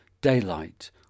daylight